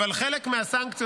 חלק מהסנקציות,